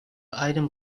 item